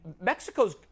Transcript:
Mexico's